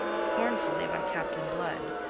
scornfully by captain blood,